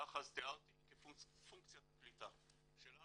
כך אז תיארתי, היא כפונקציית הקליטה שלנו.